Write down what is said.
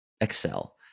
excel